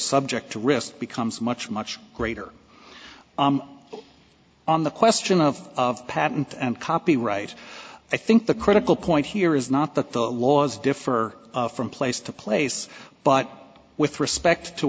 subject to risk becomes much much greater on the question of patent and copyright i think the critical point here is not that the laws differ from place to place but with respect to